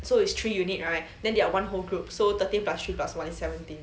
so it's three unit right then they are one whole group so thirteen plus three plus [one] is seventeen